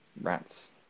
rat's